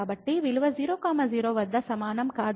కాబట్టి విలువ 0 0 వద్ద సమానం కాదు